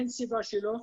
אין סיבה שלא,